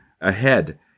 ahead